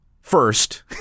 first